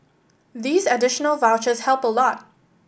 these additional vouchers help a lot